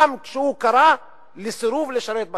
גם כשהוא קרא לסירוב לשרת בשטחים.